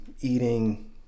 eating